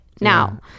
now